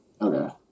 Okay